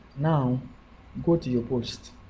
now go to your post